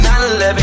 9-11